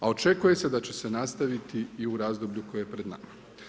A očekuje se da će se nastaviti u razdoblju koje je pred nama.